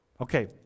Okay